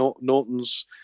Norton's